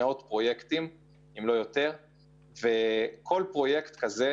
כל פריט כזה